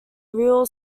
real